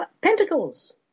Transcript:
pentacles